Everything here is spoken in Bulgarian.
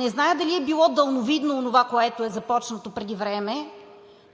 Не зная дали е било далновидно онова, което е започнато преди време,